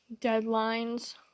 deadlines